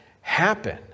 happen